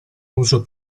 uso